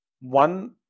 One